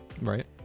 Right